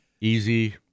Easy